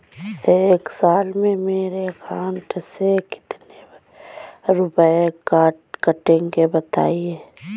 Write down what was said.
एक साल में मेरे अकाउंट से कितने रुपये कटेंगे बताएँ?